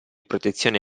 protezione